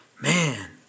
Man